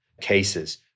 cases